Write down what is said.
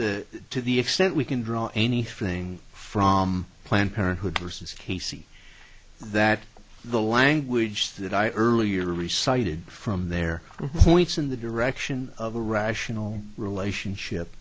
the to the extent we can draw anything from planned parenthood resists casey that the language that i earlier re cited from their points in the direction of a rational relationship